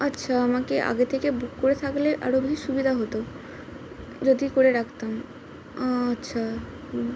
আচ্ছা আমাকে আগে থেকে বুক করে থাকলে আরও বেশ সুবিধা হতো যদি করে রাখতাম আচ্ছা